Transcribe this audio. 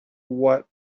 what